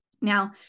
Now